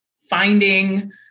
finding